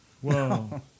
Whoa